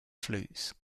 flutes